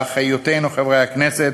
באחריותנו, חברי הכנסת,